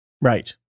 Right